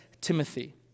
Timothy